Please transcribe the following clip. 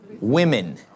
women